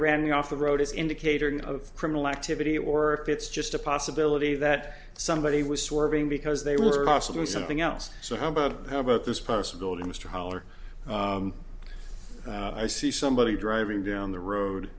ran off the road as indicator of criminal activity or if it's just a possibility that somebody was swerving because they were possibly something else so how about how about this possibility mr holler i see somebody driving down the road